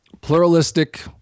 pluralistic